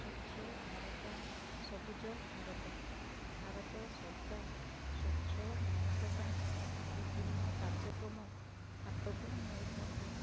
ସ୍ୱଚ୍ଛଭାରତ ସବୁଜ ଭାରତ ଭାରତ ସରକାର ସ୍ୱଚ୍ଛ ଭାରତ ପାଇଁ ବିଭିନ୍ନ କାର୍ଯ୍ୟକ୍ରମ ହାତକୁ ନେଇଥାନ୍ତି